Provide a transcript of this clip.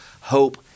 hope